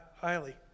highly